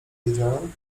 wiedziałem